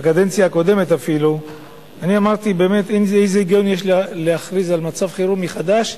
בקדנציה הקודמת אפילו אמרתי: איזה היגיון יש להכריז על מצב חירום מחדש,